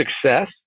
success